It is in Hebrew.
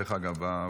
דרך אגב,